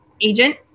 agent